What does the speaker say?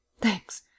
Thanks